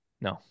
no